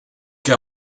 que